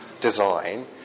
design